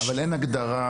אבל אין הגדרה.